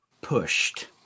pushed